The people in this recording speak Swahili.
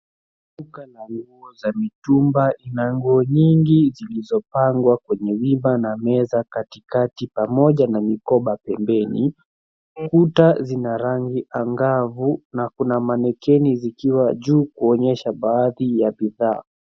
Duka la nguo za mitumba ina nguo nyingi zilizopangwa kwenye wima na meza katikati pamoja na mikoba pembeni. Kuta zina rangi angavu na kuna manikini zikiwa juu kuonyesha baadhi za bidhaa.